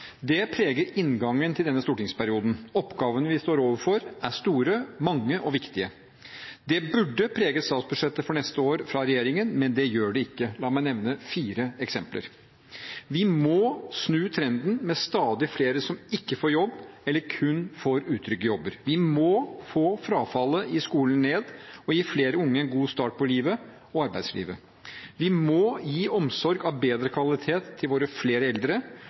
Det preger inngangen til denne stortingsperioden. Oppgavene vi står overfor, er store, mange og viktige. Det burde preget statsbudsjettet for neste år fra regjeringen, men det gjør det ikke. La meg nevne fire eksempler: Vi må snu trenden med stadig flere som ikke får jobb, eller kun får utrygge jobber. Vi må få frafallet i skolen ned og gi flere unge en god start på livet og arbeidslivet. Vi må gi omsorg av bedre kvalitet til flere eldre.